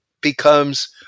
becomes